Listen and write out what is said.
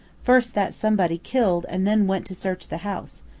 first that somebody killed and then went to search the house,